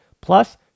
Plus